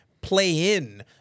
play-in